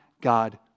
God